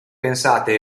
pensate